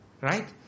right